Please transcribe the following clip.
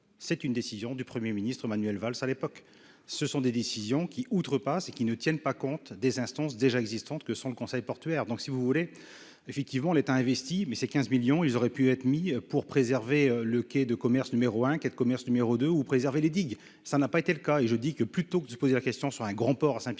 c'est une décision du 1er ministre Manuel Valls à l'époque, ce sont des décisions qui outrepasse et qui ne tiennent pas compte des instances déjà existantes que sont le conseil portuaire, donc si vous voulez effectivement l'État investit mais ces 15 millions ils auraient pu être mis pour préserver le quai de commerce numéro 1 quai de commerce numéro 2 ou préserver les digues, ça n'a pas été le cas et je dis que plutôt que de se poser la question sur un grand port à Saint-Pierre-et-Miquelon,